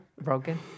broken